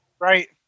Right